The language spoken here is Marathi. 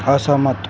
असहमत